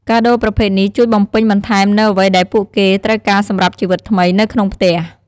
កាដូប្រភេទនេះជួយបំពេញបន្ថែមនូវអ្វីដែលពួកគេត្រូវការសម្រាប់ជីវិតថ្មីនៅក្នុងផ្ទះ។